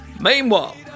Meanwhile